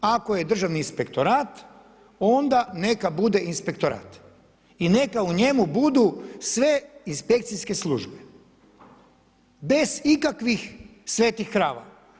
Ako je Državni inspektorat onda neka bude inspektorat i neka u njemu budu sve inspekcijske službe, bez ikakvih svetih krava.